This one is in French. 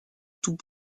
tout